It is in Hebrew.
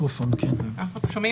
פתיחה.